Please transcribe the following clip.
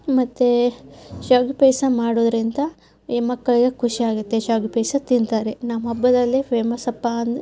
ಮತ್ತು ಶಾವಿಗೆ ಪಾಯಸ ಮಾಡೋದರಿಂದ ಈ ಮಕ್ಕಳಿಗೆ ಖುಷಿಯಾಗುತ್ತೆ ಶಾವಿಗೆ ಪಾಯಸ ತಿಂತಾರೆ ನಮ್ಮ ಹಬ್ಬದಲ್ಲಿ ಫೇಮಸ್ ಹಬ್ಬ ಅಂದರೆ